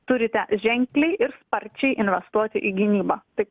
turite ženkliai ir sparčiai investuoti į gynybą tai